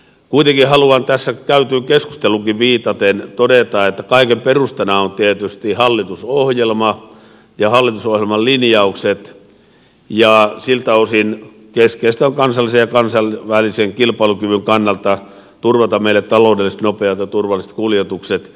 kuitenkin haluan tässä käytyyn keskusteluunkin viitaten todeta että kaiken perustana on tietysti hallitusohjelma ja hallitusohjelman linjaukset ja siltä osin keskeistä on kansallisen ja kansainvälisen kilpailukyvyn kannalta turvata meille taloudelliset nopeat ja turvalliset kuljetukset